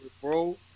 bro